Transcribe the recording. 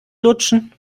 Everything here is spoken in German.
lutschen